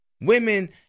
Women